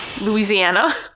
Louisiana